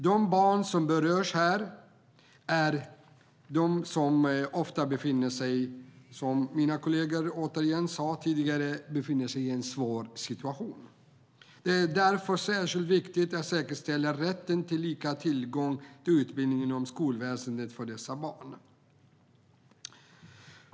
De barn som här berörs är barn som ofta befinner sig i en svår situation. Det är därför särskilt viktigt att säkerställa rätten till lika tillgång till utbildning inom skolväsendet för dessa barn.